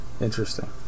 Interesting